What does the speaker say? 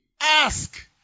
ask